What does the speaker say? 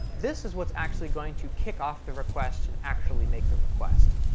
this is what's actually going to kick off the request and actually make the request.